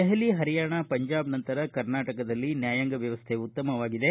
ದೆಹಲಿ ಪರಿಯಾಣ ಪಂಜಾಬ್ ನಂತರ ಕರ್ನಾಟಕದಲ್ಲಿ ನ್ಯಾಯಾಂಗ ವ್ಯವಸ್ಥೆ ಉತ್ತಮವಾಗಿದೆ